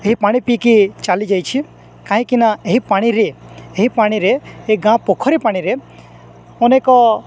ଏହି ପାଣି ପିଇକି ଚାଲି ଯାଇଛି କାହିଁକିନା ଏହି ପାଣିରେ ଏହି ପାଣିରେ ଏ ଗାଁ ପୋଖରୀ ପାଣିରେ ଅନେକ